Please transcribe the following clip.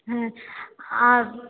হ্যাঁ আর